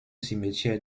cimetière